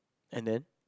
and then